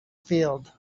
field